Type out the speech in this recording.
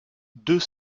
deux